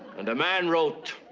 and a man wrote.